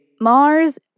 Mars